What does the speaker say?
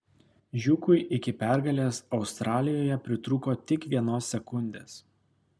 žiūkui iki pergalės australijoje pritrūko tik vienos sekundės